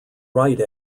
rite